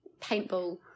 paintball